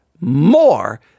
more